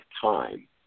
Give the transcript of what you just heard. time